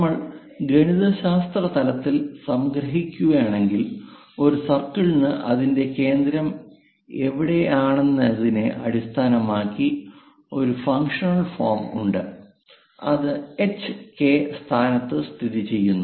നമ്മൾ ഗണിതശാസ്ത്ര തലത്തിൽ സംഗ്രഹിക്കുകയാണെങ്കിൽ ഒരു സർക്കിളിന് അതിന്റെ കേന്ദ്രം എവിടെയാണെന്നതിനെ അടിസ്ഥാനമാക്കി ഒരു ഫംഗ്ഷണൽ ഫോം ഉണ്ട് അത് h k സ്ഥാനത്ത് സ്ഥിതിചെയ്യുന്നു